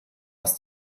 aus